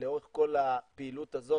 לאורך כל הפעילות הזאת